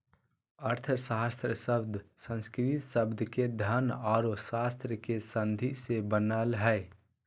अर्थशास्त्र शब्द संस्कृत शब्द के धन औरो शास्त्र के संधि से बनलय हें